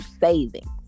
savings